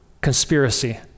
conspiracy